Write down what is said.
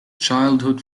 childhood